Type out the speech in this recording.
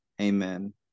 Amen